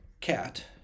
cat